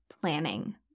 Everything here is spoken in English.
planning